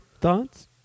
thoughts